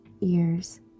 ears